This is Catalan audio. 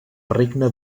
regne